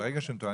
אנחנו מזהים